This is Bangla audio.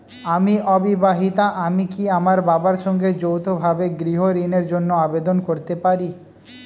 আমি অবিবাহিতা আমি কি আমার বাবার সঙ্গে যৌথভাবে গৃহ ঋণের জন্য আবেদন করতে পারি?